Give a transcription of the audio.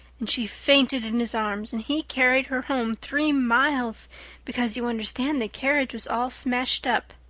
and she fainted in his arms and he carried her home three miles because, you understand, the carriage was all smashed up.